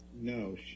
No